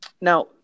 Now